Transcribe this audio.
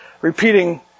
repeating